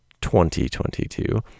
2022